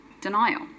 denial